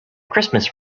christmas